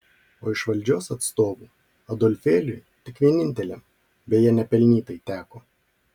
o iš valdžios atstovų adolfėliui tik vieninteliam beje nepelnytai teko